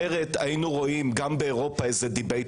אחרת היינו רואים גם באירופה דיבייט